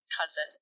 cousin